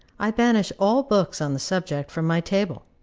i banish all books on the subject from my table.